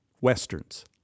Westerns